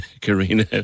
Karina